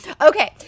Okay